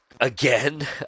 again